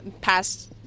past